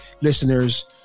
listeners